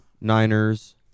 Niners